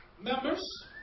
members